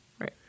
Right